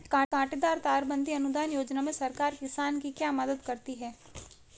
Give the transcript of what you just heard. कांटेदार तार बंदी अनुदान योजना में सरकार किसान की क्या मदद करती है?